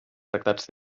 tractats